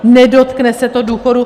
Nedotkne se to důchodů?